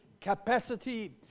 capacity